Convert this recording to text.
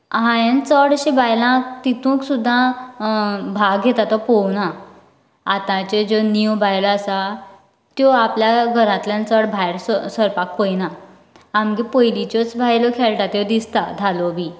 हांयेन चडशें बायलांक तितूंत सुद्दां भाग घेता तो पोवक ना आताच्यो ज्यो न्यू बायलो आसा त्यो आपल्या घरातल्यान चड भायर सर सरपाक पयना आमगें पयलिच्योच बायलो खेळटात त्यो दिसता धालो बी